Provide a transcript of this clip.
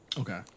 Okay